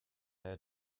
had